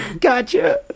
Gotcha